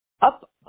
up